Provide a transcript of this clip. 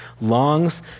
longs